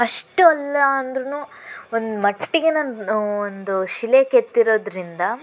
ಅಷ್ಟಲ್ಲ ಅಂದರೂನು ಒಂದು ಮಟ್ಟಿಗೆ ನಾನು ಒಂದು ಶಿಲೆ ಕೆತ್ತಿರೋದ್ರಿಂದ